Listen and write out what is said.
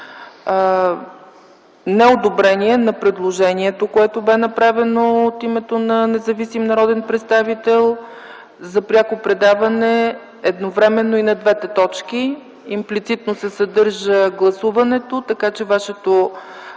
неодобрение на предложението, което бе направено от името на независим народен представител, за пряко предаване едновременно и на двете точки, имплицитно се съдържа гласуването, така че Вашето